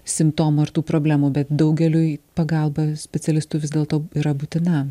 simptomų ar tų problemų bet daugeliui pagalba specialistų vis dėlto yra būtina